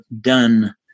done